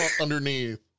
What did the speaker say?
underneath